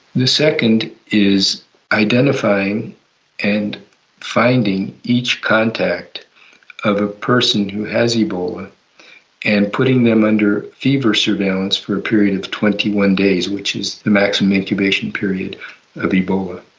the second is identifying and finding each contact of a person who has ebola and putting them under fever surveillance for a period of twenty one days, which is the maximum incubation period of ebola.